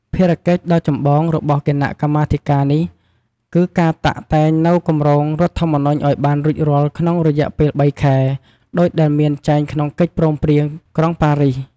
ភារកិច្ចដ៏ចម្បងរបស់ គណៈកម្មាធិការនេះ គឺការតាក់តែងនូវគម្រោងរដ្ឋធម្មនុញ្ញឱ្យបានរួចរាល់ក្នុងរយៈពេលបីខែ ដូចដែលមានចែងក្នុងកិច្ចព្រមព្រៀងក្រុងប៉ារីស។